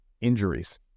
Injuries